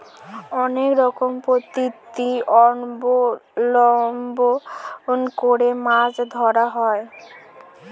অনেক রকম পদ্ধতি অবলম্বন করে মাছ ধরা হয়